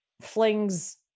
flings